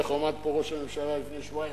איך הוא עמד פה, ראש הממשלה, לפני שבועיים?